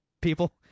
people